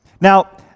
Now